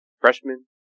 freshman